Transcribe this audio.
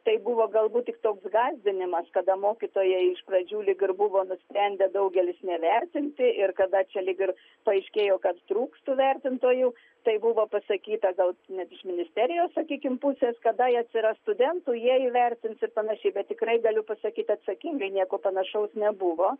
tai buvo galbūt tik toks gąsdinimas kada mokytojai iš pradžių lyg ir buvo nusprendę daugelis nevertinti ir kada čia lyg ir paaiškėjo kad trūks tų vertintojų tai buvo pasakyta gal net iš ministerijos sakykim pusės kadai atsiras studentų jie įvertins ir panašiai bet tikrai galiu pasakyt atsakingai nieko panašaus nebuvo